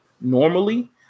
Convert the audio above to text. normally